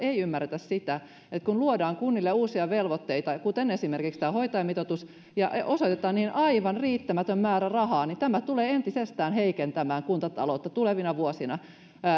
nyt ymmärretä sitä että kun luodaan kunnille uusia velvoitteita kuten esimerkiksi tämä hoitajamitoitus ja ja osoitetaan niihin aivan riittämätön määrä rahaa niin tämä tulee entisestään heikentämään kuntataloutta tulevina vuosina